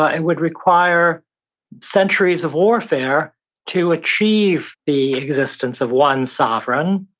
ah it would require centuries of warfare to achieve the existence of one sovereign,